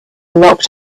locked